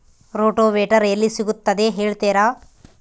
Rotavator ಎಲ್ಲಿ ಸಿಗುತ್ತದೆ ಹೇಳ್ತೇರಾ?